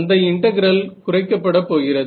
அந்த இன்டெகிரல் குறைக்கப்பட போகிறது